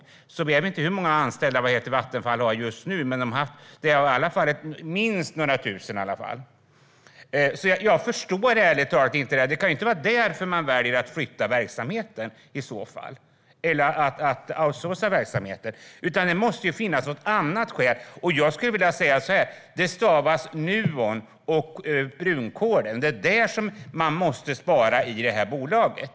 Jag vet inte hur många anställda Vattenfall har totalt just nu, men det är i alla fall minst några tusen. Jag förstår ärligt talat inte det här. Det kan inte vara därför man väljer att flytta eller outsourca verksamheten, utan det måste finnas något annat skäl. Jag skulle vilja säga så här: Det stavas Nuon och brunkolen. Det är där man måste spara i det här bolaget.